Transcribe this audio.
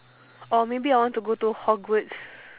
or maybe I want to go to hogwarts